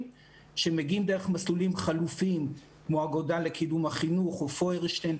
שמגיעים דרך מסלולים חלופיים כמו האגודה לקידום החינוך ומכון פוירשטיין.